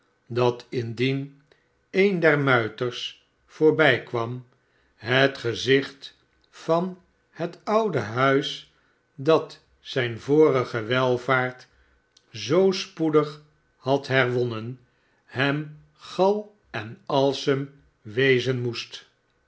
dat indien een der muiters voorbijkwam het ge zicht van het oude huis dat zijn vorige welvaart zoo spoedig had iherwonnen hem gal en alsem wezen moest